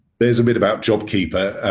there's a bit about jobkeeper.